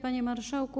Panie Marszałku!